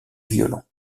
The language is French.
violon